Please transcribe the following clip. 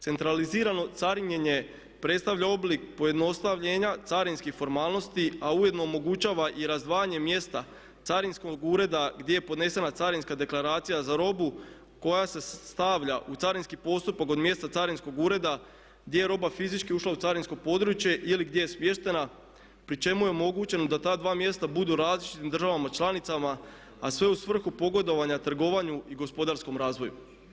Centralizirano carinjenje predstavlja oblik pojednostavljenja carinskih formalnosti a ujedno omogućava i razdvajanje mjesta carinskog ureda gdje je podnesena carinska deklaracija za robu koja se stavlja u carinski postupak od mjesta carinskog ureda gdje je roba fizički ušla u carinsko područje ili gdje je smještena pri čemu je omogućeno da ta dva mjesta budu u različitim državama članicama a sve u svrhu pogodovanja trgovanju i gospodarskom razvoju.